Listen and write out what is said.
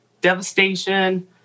devastation